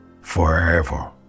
forever